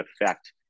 affect